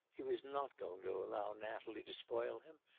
he was not going to allow natalie to spoil him,